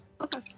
Okay